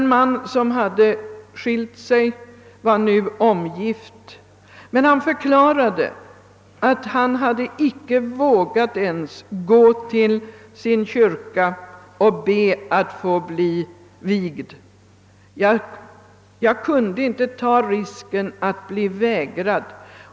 En man, som hade skilt sig och nu var omgift, förklarade att han inte ens hade vågat gå till sin kyrka och be att få bli vigd. »Jag kunde inte ta risken att bli vägrad.